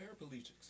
Paraplegics